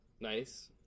Nice